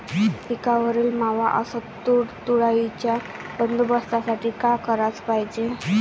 पिकावरील मावा अस तुडतुड्याइच्या बंदोबस्तासाठी का कराच पायजे?